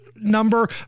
number